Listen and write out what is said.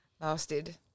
lasted